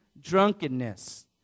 drunkenness